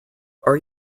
are